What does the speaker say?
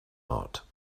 not